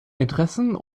interessen